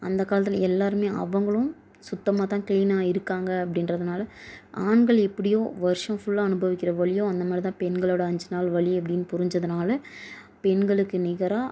அந்த காலத்தில் எல்லாருமே அவங்களும் சுத்தமாக தான் கிளீனாக இருக்காங்க அப்படின்றதுனால ஆண்கள் எப்படியும் வருஷம் புல்லா அனுபவிக்கிற வலியும் அந்த மாதிரி தான் பெண்களோட அஞ்சு நாள் வலி அப்படினு புரிஞ்சதுனால பெண்களுக்கு நிகராக